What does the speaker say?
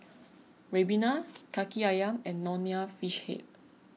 Ribena Kaki Ayam and Nonya Fish Head